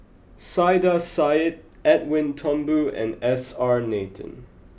Saiedah Said Edwin Thumboo and S R Nathan